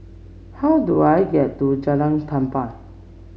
how do I get to Jalan Tempua